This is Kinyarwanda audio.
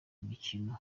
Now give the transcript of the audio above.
imikino